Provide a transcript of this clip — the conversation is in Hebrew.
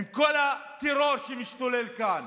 עם כל הטרור שמשתולל כאן